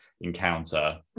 encounter